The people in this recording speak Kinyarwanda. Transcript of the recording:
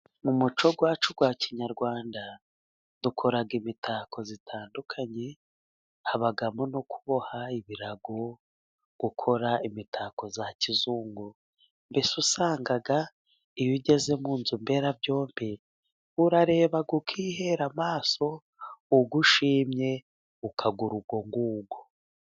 Mu muco wacu wa kinyarwanda dukora imitako itandukanye habamo: no kuboha ibirago ,gukora imitako ya kizungu ,mbese usanga iyo ugeze mu nzu mbera byombi urareba ukihera amaso, uwo ushimye ukagura uwo nguwo.